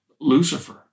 Lucifer